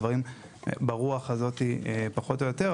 הדברים הם ברוח הזאת פחות או יותר,